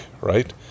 right